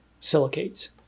silicates